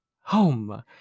home